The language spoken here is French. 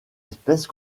espèces